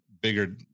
bigger